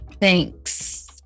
Thanks